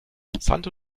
santo